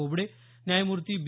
बोबडे न्यायमूर्ती बी